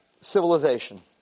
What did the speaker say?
civilization